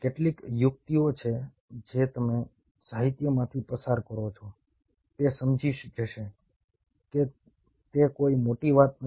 કેટલીક યુક્તિઓ છે જે તમે સાહિત્યમાંથી પસાર કરો છો તે સમજી જશે કે તે કોઈ મોટી વાત નથી